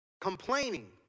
Complaining